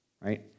right